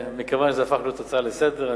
מכיוון שזה הפך להיות הצעה לסדר-היום,